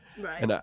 Right